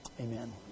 Amen